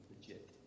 legit